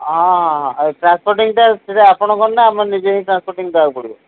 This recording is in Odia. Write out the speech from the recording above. ହଁ ଟ୍ରାନ୍ସପୋର୍ଟିଂଟା ସେଟା ଆପଣଙ୍କଣ ନା ଆମେ ନିଜ ହିଁ ଟ୍ରାନ୍ସପୋର୍ଟିଂ ଦେବାକୁ ପଡ଼ିବ